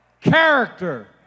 Character